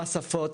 בשפות,